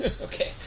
Okay